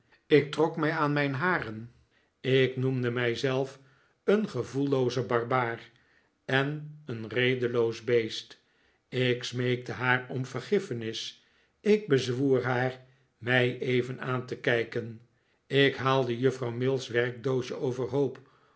ik trok mij aan mijn haren ik noemde mijzelf een gevoellooze barbaar en een redeloos beest ik smeekte haar om vergiffenis ik bezwoer haar mij even aan te kijken ik haalde juffrouw mills werkdoosje overhoop